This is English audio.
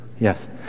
Yes